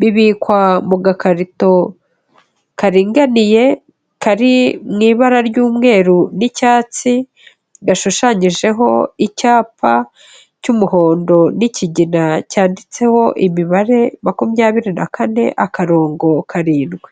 bibikwa mu gakarito karinganiye, kari mu ibara ry'umweru n'icyatsi, gashushanyijeho icyapa cy'umuhondo n'ikigina, cyanditseho imibare makumyabiri na kane akarongo karindwi.